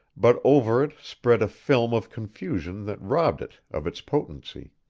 but over it spread a film of confusion that robbed it of its potency.